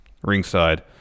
ringside